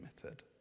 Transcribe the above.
committed